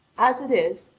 as it is,